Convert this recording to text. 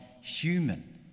human